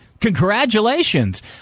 Congratulations